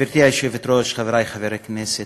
גברתי היושבת-ראש, חברי חברי הכנסת,